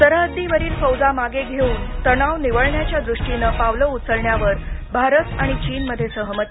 सरहद्दीवरील फौजा मागे घेऊन तणाव निवळण्याच्या द्रष्टीनं पावलं उचलण्यावर भारत आणि चीन मध्ये सहमती